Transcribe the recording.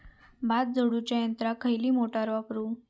भात झोडूच्या यंत्राक खयली मोटार वापरू?